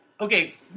Okay